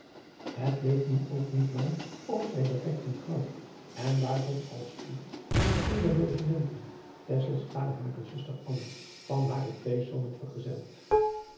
het leed nu ook niet lang of zij bereikten gouda en daar vond al spoedig in één der logementen tesselschade hare zuster anna van hare twee zonen